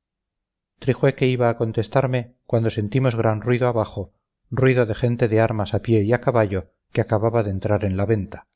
buenas armas trijueque iba a contestarme cuando sentimos gran ruido abajo ruido de gente de armas a pie y a caballo que acababa de entrar en la venta